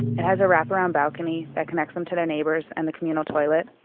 it has a wrap around balcony that connects them to their neighbors and the communal toilet.